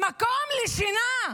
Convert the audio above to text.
למקום שינה.